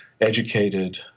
educated